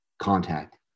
contact